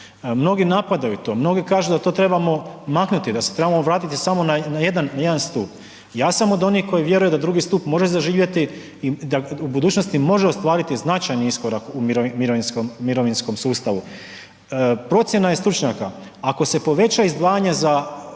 mnogi napadaju to, mnogi kažu da to trebamo maknuti, da se trebamo vratiti samo na jedan stup. Ja sam od onih koji vjeruje da drugi stup može zaživjeti i da u budućnosti može ostvariti značajni iskorak u mirovinskom sustavu. Procjena je stručnjaka, ako se poveća izdvajanje za